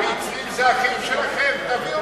המצרים הם אחים שלכם, תביאו